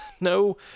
no